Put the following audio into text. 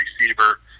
receiver